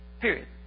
period